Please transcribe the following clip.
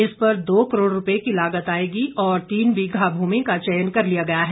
इस पर दो करोड़ रुपए की लागत आएगी और तीन बीघा भूमि का चयन कर लिया गया है